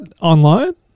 online